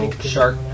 shark